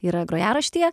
yra grojaraštyje